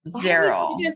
zero